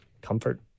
comfort